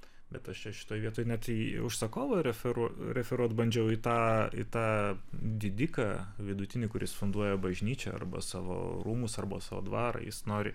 bet aš čia šitoj vietoj net į užsakovą referuo referuot bandžiau į tą į tą didiką vidutinį kuris funduoja bažnyčią arba savo rūmus arba savo dvarą jis nori